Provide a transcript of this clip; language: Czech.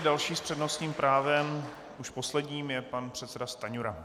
Další s přednostním právem, už posledním, je pan předseda Stanjura.